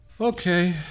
Okay